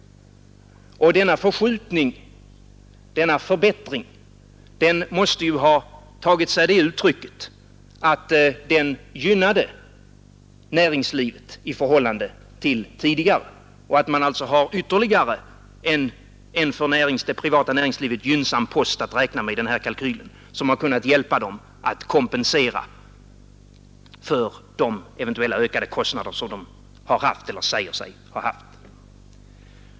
Denna förbättring måste ha tagit sig det uttrycket att den gynnade näringslivet i förhållande till tidigare och att man alltså har ytterligare en för det privata näringslivet gynnsam post att räkna med i den här kalkylen, som har kunnat hjälpa företagen att kompensera sig för de ökade kostnader som de säger sig ha haft.